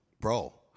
Bro